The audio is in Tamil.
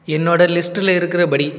என்னோட லிஸ்ட்டில் இருக்கிற படி